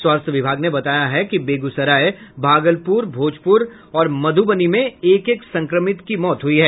स्वास्थ्य विभाग ने बताया कि बेगूसराय भागलपूर भोजपूर और मध्बनी में एक एक संक्रमित की मौत हुई है